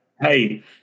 Hey